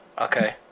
Okay